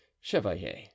Chevalier